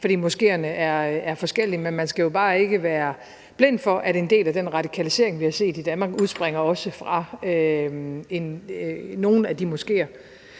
fordi moskeerne er forskellige. Men man skal bare ikke være blind for, at en del af den radikalisering, vi har set i Danmark, også udspringer fra nogle af de moskeer.